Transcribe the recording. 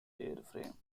airframe